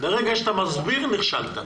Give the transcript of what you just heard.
ברגע שאתה מסביר נכשלת.